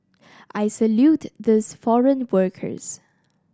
I salute these foreign workers